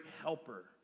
helper